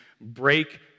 break